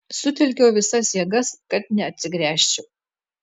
sutelkiau visas jėgas kad neatsigręžčiau